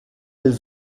elles